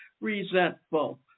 resentful